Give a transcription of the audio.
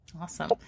Awesome